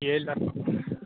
यह